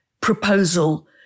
proposal